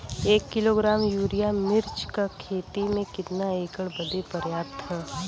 एक kilogram urea मिर्च क खेती में कितना एकड़ बदे पर्याप्त ह?